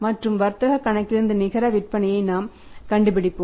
மற்றும் வர்த்தக கணக்கிலிருந்து நிகர விற்பனையை நாம் கண்டுபிடிப்போம்